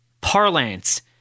parlance